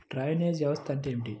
Drainage వ్యవస్థ అంటే ఏమిటి?